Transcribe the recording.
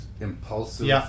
impulsive